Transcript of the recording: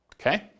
Okay